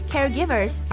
Caregivers